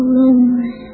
lonely